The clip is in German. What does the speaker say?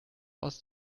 aus